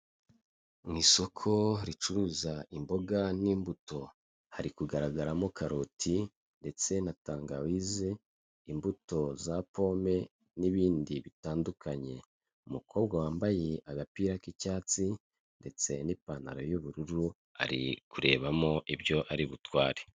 Mu isoko ricuruza imboga n'imbuto, hari kugaragaramo karoti, tangawize, imbuto za pome n'ibindi bitandukanye. Umukobwa wambaye agapira k'icyatsi ndetse n'ipantaro y'ubururu ari kurebamo ibyo ari butware.